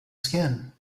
skin